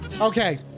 Okay